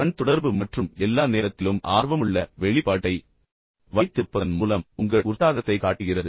கண் தொடர்பு மற்றும் எல்லா நேரத்திலும் ஆர்வமுள்ள வெளிப்பாட்டை வைத்திருப்பதன் மூலம் உங்கள் உற்சாகத்தைக் காட்டுகிறது